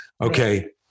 okay